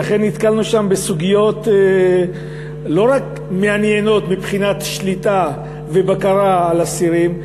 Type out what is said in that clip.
ואכן נתקלנו שם בסוגיות לא רק מעניינות מבחינת שליטה ובקרה על אסירים,